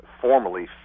formally